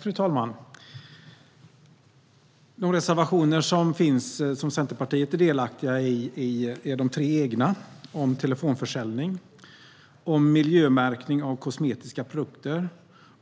Fru talman! Centerpartiet har tre egna reservationer i betänkandet, nämligen om telefonförsäljning, om miljömärkning av kosmetiska produkter